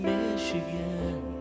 Michigan